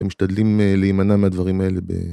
הם משתדלים להימנע מהדברים האלה ב...